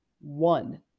one